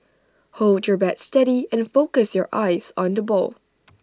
hold your bat steady and focus your eyes on the ball